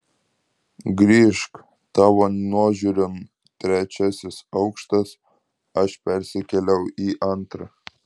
grįžk tavo nuožiūron trečiasis aukštas aš persikėliau į antrą